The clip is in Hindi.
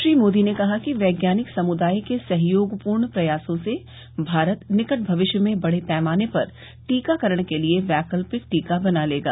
श्री मोदी ने कहा कि वैज्ञानिक समुदाय के सहयोगपूर्ण प्रयासों से भारत निकट भविष्य में बड़े पैमाने पर टीकाकरण के लिए वैकल्पिक टीका बना लेगा